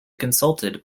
consulted